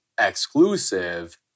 exclusive